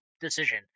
decision